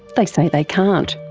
they say they can't.